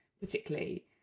particularly